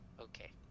Okay